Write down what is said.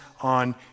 on